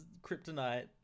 kryptonite